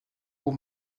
aux